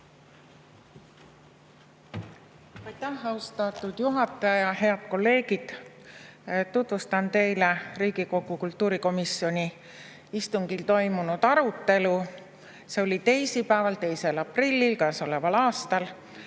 Aitäh, austatud juhataja! Head kolleegid! Tutvustan teile Riigikogu kultuurikomisjoni istungil toimunud arutelu, see oli teisipäeval, 2. aprillil käesoleval aastal.